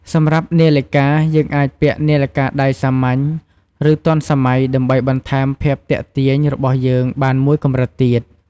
សម្រាប់នាឡិកាយើងអាចពាក់នាឡិកាដៃសាមញ្ញ ឬទាន់សម័យដើម្បីបន្ថែមភាពទាក់ទាញរបស់យើងបានមួយកម្រិតទៀត។